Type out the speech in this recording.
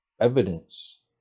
evidence